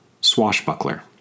Swashbuckler